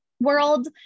world